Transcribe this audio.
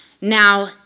Now